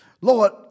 Lord